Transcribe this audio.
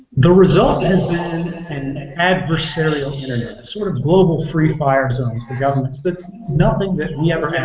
the result has been and an adversarial internet, a sort of global free fire zone for governments that's nothing that we ever and